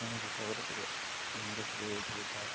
ଏମିତି ସବୁରେ ଟିକେ ଇଂଲିଶ ବି ୟୁଜ୍ ହେଇଥାଏ